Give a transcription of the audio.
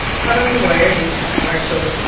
i called up a lawyer named adam marshall.